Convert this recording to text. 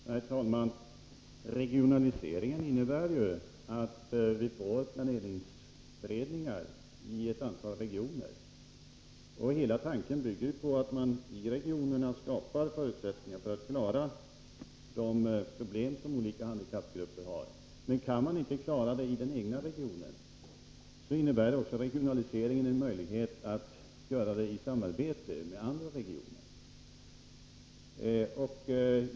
Herr talman! Regionaliseringen innebär att vi får planeringsberedningar i ett antal regioner. Hela tanken bygger på att man i regionerna skall kunna skapa förutsättningar för att klara de problem som olika handikappgrupper har. Men kan man inte klara det i den egna regionen, innebär också regionaliseringen möjlighet att klara problemet i samarbete med andra regioner.